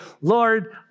Lord